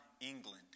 England